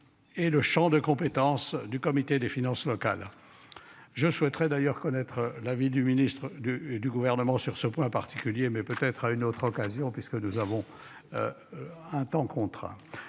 Et le Champ de compétence du comité des finances locales. Je souhaiterais d'ailleurs connaître l'avis du ministre de et du gouvernement sur ce point particulier mais peut-être à une autre occasion puisque nous avons. Un temps contre